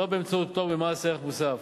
שלא באמצעות פטור ממס ערך מוסף.